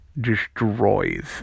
destroys